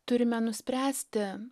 turime nuspręsti